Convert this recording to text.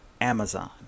Amazon